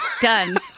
done